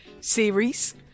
series